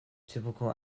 typical